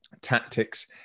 tactics